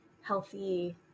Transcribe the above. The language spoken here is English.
healthy